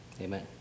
amen